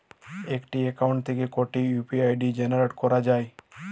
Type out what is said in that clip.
একটি অ্যাকাউন্ট থেকে কটি ইউ.পি.আই জেনারেট করা যায়?